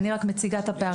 אני רק מציגה את הפערים.